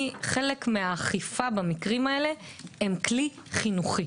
חלק מהאכיפה במקרים האלה הם כלי חינוכי.